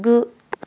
गु